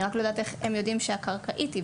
אני רק לא יודעת איך הם יודעים שהקרקעית היא